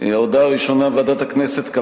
והודעה שלישית, שמחייבת הצבעה.